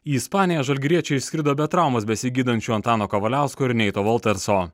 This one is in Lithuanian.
į ispaniją žalgiriečiai išskrido be traumas besigydančių antano kavaliausko ir neito voltetso